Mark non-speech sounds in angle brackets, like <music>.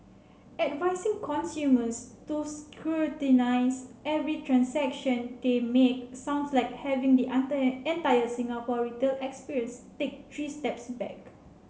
advising consumers to scrutinise every transaction they make sounds like having the <unintelligible> entire Singapore retail experience take three steps back